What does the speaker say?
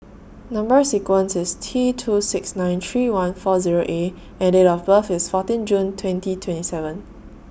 Number sequence IS T two six nine three one four Zero A and Date of birth IS fourteen June twenty twenty seven